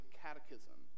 catechism